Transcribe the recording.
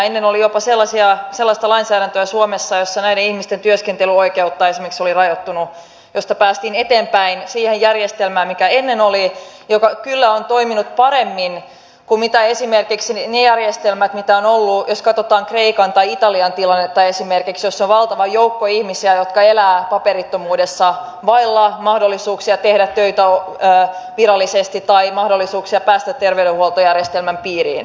ennen oli jopa sellaista lainsäädäntöä suomessa jossa esimerkiksi näiden ihmisten työskentelyoikeutta oli rajoitettu josta päästiin eteenpäin siihen järjestelmään joka ennen oli joka kyllä on toiminut paremmin kuin esimerkiksi ne järjestelmät joita on ollut katsottaessa esimerkiksi kreikan tai italian tilannetta missä on valtava joukko ihmisiä jotka elävät paperittomuudessa vailla mahdollisuuksia tehdä töitä virallisesti tai mahdollisuuksia päästä terveydenhuoltojärjestelmän piiriin